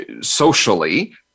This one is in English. socially